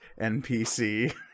NPC